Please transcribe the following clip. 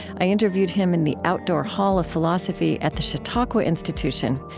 i interviewed him in the outdoor hall of philosophy at the chautauqua institution,